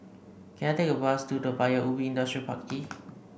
can I take a bus to Paya Ubi Industrial Park E